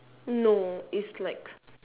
no it's like